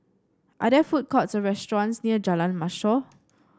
are there food courts or restaurants near Jalan Mashor